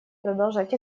продолжать